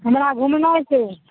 हमरा घुमनाइ छै